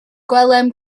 gwelem